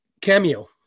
Cameo